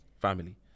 family